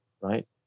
right